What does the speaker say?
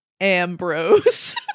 ambrose